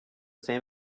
same